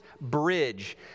bridge